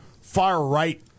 far-right